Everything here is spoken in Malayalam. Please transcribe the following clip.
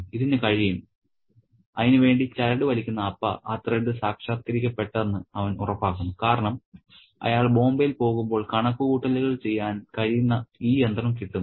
ഇതിന് കഴിയും അതിന് വേണ്ടി ചരട് വലിക്കുന്ന അപ്പ ആ ത്രെഡ് സാക്ഷാത്കരിക്കപ്പെട്ടെന്ന് അവൻ ഉറപ്പാക്കുന്നു കാരണം അയാൾ ബോംബെയിൽ പോകുമ്പോൾ കണക്കുകൂട്ടലുകൾ ചെയ്യാൻ കഴിയുന്ന ഈ യന്ത്രം കിട്ടുന്നു